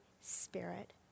Spirit